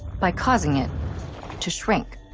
by causing it to shrink.